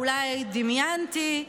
אולי דמיינתי,